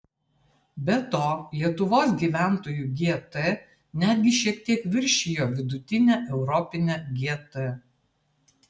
be to lietuvos gyventojų gt netgi šiek tiek viršijo vidutinę europinę gt